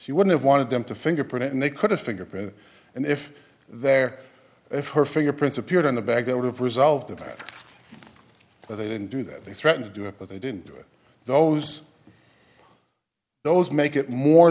she would have wanted them to fingerprint and they could have fingerprints and if there if her fingerprints appeared on the bag i would have resolved that but they didn't do that they threatened to do it but they didn't do it those those make it more